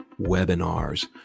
webinars